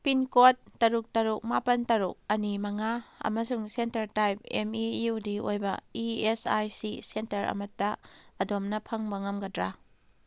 pincode ꯇꯔꯨꯛ ꯇꯔꯨꯛ ꯃꯥꯄꯜ ꯇꯔꯨꯛ ꯑꯅꯤ ꯃꯉꯥ ꯑꯃꯁꯨꯡ centre type M E U D ꯑꯣꯏꯕ E S I C centre ꯑꯃꯠꯇ ꯑꯗꯣꯝꯅ ꯐꯪꯕ ꯉꯝꯒꯗ꯭ꯔꯥ